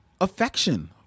affection